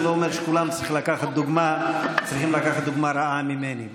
זה לא אומר שכולם צריכים לקחת דוגמה רעה ממני.